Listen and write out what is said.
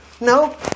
No